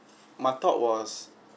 my thought was